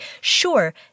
Sure